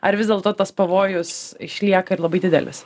ar vis dėlto tas pavojus išlieka ir labai didelis